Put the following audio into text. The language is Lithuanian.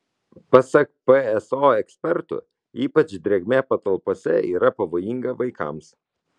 pasak pso ekspertų ypač drėgmė patalpose yra pavojinga vaikams